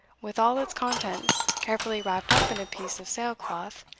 with all its contents, carefully wrapped up in a piece of sail-cloth,